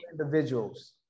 individuals